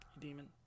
demon